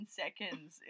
seconds